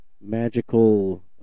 magical